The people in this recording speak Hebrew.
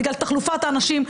בגלל תחלופת האנשים,